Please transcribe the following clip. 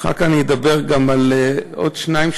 ואחר כך אני אדבר גם על עוד שניים,